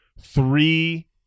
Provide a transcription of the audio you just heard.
Three